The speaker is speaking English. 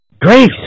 grace